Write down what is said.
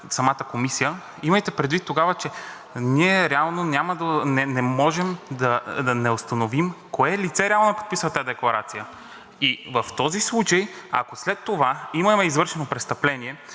самата комисия, имайте предвид тогава, че ние не можем да установим кое лице реално е подписало тази декларация. И в този случай, ако след това имаме извършено престъпление